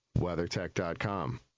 WeatherTech.com